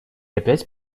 опять